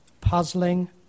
puzzling